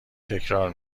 تکرار